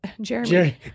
Jeremy